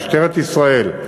משטרת ישראל,